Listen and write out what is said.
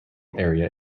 area